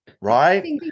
right